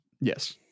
Yes